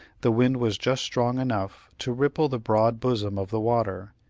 the wind was just strong enough to ripple the broad bosom of the water,